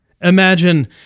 Imagine